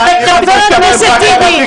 ------ חבר הכנסת טיבי,